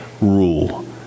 rule